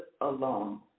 alone